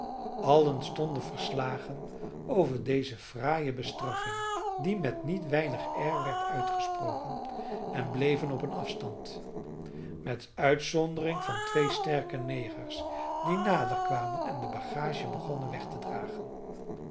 allen stonden verslagen over deze fraaie bestraffing die met niet weinig air werd uitgesproken en bleven op een afstand met uitzondering van twee sterke negers die nader kwamen en de bagage begonnen weg te dragen